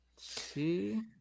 see